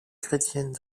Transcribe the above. chrétienne